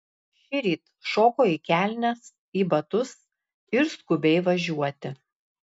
šįryt šoko į kelnes į batus ir skubiai važiuoti